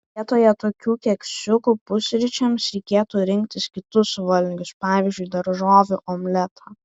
vietoje tokių keksiukų pusryčiams reikėtų rinktis kitus valgius pavyzdžiui daržovių omletą